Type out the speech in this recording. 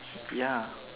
ya